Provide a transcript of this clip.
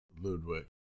Ludwig